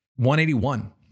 181